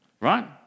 Right